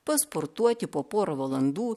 pasportuoti po porą valandų